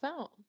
out